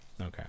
Okay